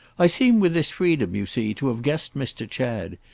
i seem with this freedom, you see, to have guessed mr. chad.